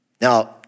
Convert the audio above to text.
Now